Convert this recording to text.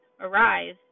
arise